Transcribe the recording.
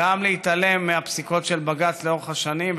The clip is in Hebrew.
גם להתעלם מהפסיקות של בג"ץ לאורך השנים,